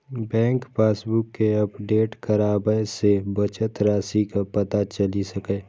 bank passbook कें update कराबय सं बचत राशिक पता चलि सकैए